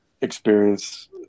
experience